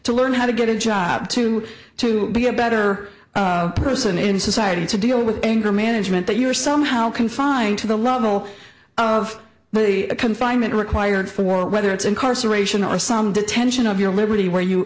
to learn how to get a job to to be a better person in society to deal with anger management that you are somehow confined to the level of the confinement required for whether it's incarceration are some detention of your liberty where you